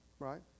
Right